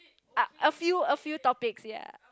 ugh a few a few topics ya